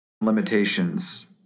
limitations